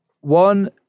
One